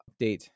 update